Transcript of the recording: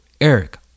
Eric